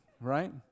right